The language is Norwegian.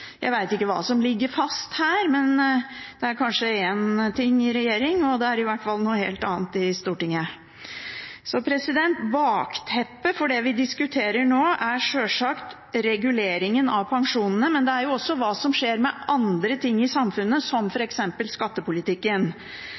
kanskje én ting i regjering, og det er i hvert fall noe helt annet i Stortinget. Så bakteppet for det vi diskuterer nå, er sjølsagt reguleringen av pensjonene, men det er jo også hva som skjer med andre ting i samfunnet, som f.eks. skattepolitikken,